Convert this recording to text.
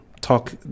talk